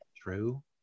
True